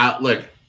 look